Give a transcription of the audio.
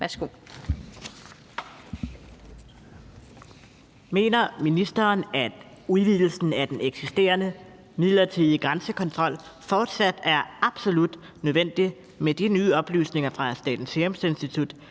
Mener ministeren, at udvidelsen af den eksisterende midlertidige grænsekontrol fortsat er absolut nødvendig med de nye oplysninger fra Statens Serum Institut